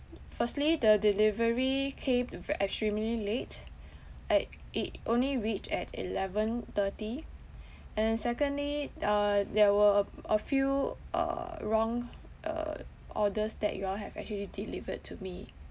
firstly the delivery came ve~ extremely late like it only reached at eleven thirty and secondly uh there were uh a few uh wrong uh orders that you all have actually delivered to me